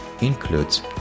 includes